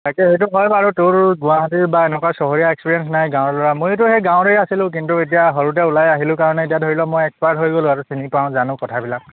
তাকে সেইটো কাৰণ আৰু তোৰ গুৱাহাটীৰ বা এনেকুৱা চহৰীয়া এক্সপিৰিয়েঞ্চ নাই গাঁৱৰ লৰা ময়োতো সেই গাঁৱতেই আছিলোঁ কিন্তু এতিয়া সৰুতে ওলাই আহিলোঁ কাৰণে এতিয়া ধৰি ল' মই এক্সপাৰ্ট হৈ গ'লো আৰু চিনি পাওঁ জানো কথাবিলাক